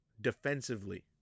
defensively